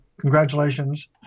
congratulations